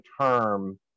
term